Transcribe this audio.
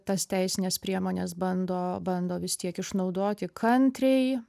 tas teisines priemones bando bando vis tiek išnaudoti kantriai